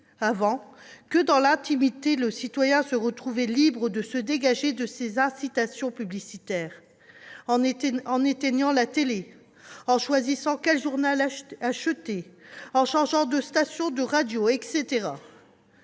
citoyen, dans l'intimité, se retrouvait libre de se dégager de ces incitations publicitaires en éteignant la télé, en choisissant quel journal acheter, en changeant de station de radio ...